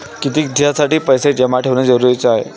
कितीक दिसासाठी पैसे जमा ठेवणं जरुरीच हाय?